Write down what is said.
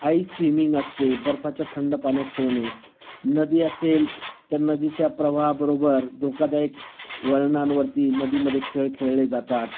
ice swimming असते बर्फाच्या थंड पाण्यात पोहणे नदी असेल तर नदीच्या प्रवाहाबरोबर धोकादायक वळणांवरती नदीमध्ये खेळ खेळले जातात